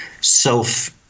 self-